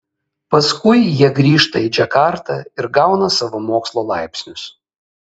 paskui jie grįžta į džakartą ir gauna savo mokslo laipsnius